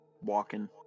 walking